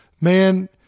man